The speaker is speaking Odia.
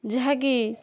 ଯାହା କି